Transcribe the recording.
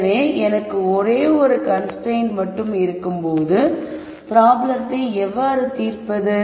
எனவே எனக்கு ஒரே ஒரு கன்ஸ்ரைன்ட் மட்டும் இருக்கும்போது ப்ராப்ளத்தை எவ்வாறு தீர்ப்பது